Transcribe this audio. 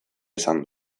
izan